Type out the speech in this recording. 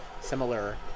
Similar